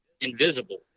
invisible